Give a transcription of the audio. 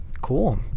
Cool